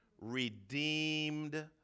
Redeemed